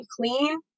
clean